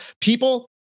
people